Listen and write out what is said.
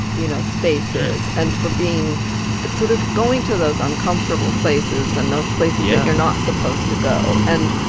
you know, spaces and for being sort of going to those uncomfortable places and those places that you're not supposed to go. and,